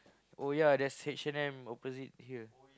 oh yep there's H-and-M opposite here